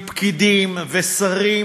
עם פקידים ושרים,